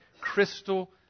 crystal